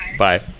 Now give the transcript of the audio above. Bye